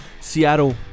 Seattle